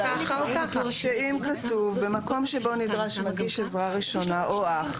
שאומרת שאם כתוב: במקום שבו נדרש מגיש עזרה ראשונה או אח